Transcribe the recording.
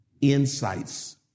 insights